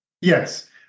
Yes